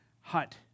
hut